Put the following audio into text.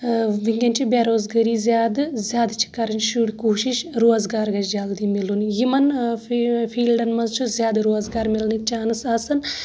وُنکٮ۪ن چھ بےٚ روزگأری زیٛادٕ زیٛادٕ چھ کران شُرۍ کوٗشِش روزگار گژھہِ مِلُن یِمن فیٖلڈن منٛز چھ زیٛادٕ روزگار مِلنٕکۍ چانس آسان